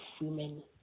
women